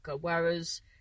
whereas